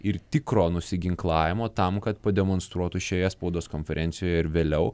ir tikro nusiginklavimo tam kad pademonstruotų šioje spaudos konferencijoje ir vėliau